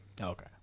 Okay